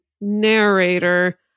narrator